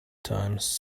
times